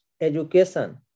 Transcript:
education